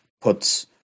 puts